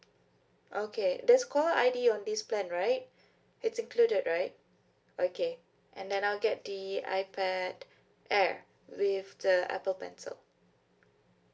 okay there's caller I_D on this plan right it's included right okay and then I'll get the ipad app with the Apple pencil